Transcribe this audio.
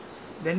ya